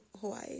Hawaii